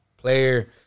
player